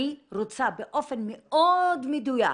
אני רוצה באופן מאוד מדויק,